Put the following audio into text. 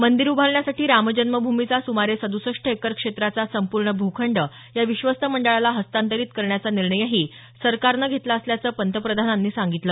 मंदीर उभारण्यासाठी रामजन्मभूमीचा सुमारे सद्सष्ट एकर क्षेत्राचा संपूर्ण भूखंड या विश्वस्त मंडळाला हस्तांतरित करण्याचा निर्णयही सरकारनं घेतला असल्याचं पंतप्रधानांनी सांगितलं